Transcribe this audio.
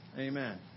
Amen